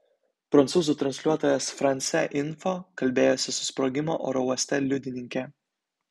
prancūzų transliuotojas france info kalbėjosi su sprogimo oro uoste liudininke